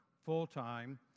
full-time